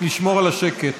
תודה.